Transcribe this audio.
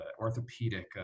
orthopedic